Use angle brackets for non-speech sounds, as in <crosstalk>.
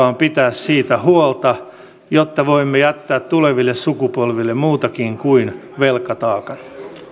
<unintelligible> on pitää siitä huolta jotta voimme jättää tuleville sukupolville muutakin kuin velkataakan